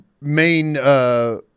main –